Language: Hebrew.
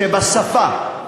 שבשפה,